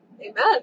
Amen